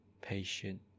patient